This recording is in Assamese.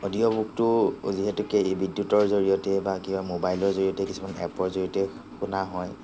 অডিঅ'বুকটো যিহেতুকে এই বিদ্য়ুতৰ জৰিয়তে বা কিবা ম'বাইলৰ জৰিয়তে কিছুমান এপৰ জৰিয়তে শুনা হয়